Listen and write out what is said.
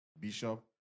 bishop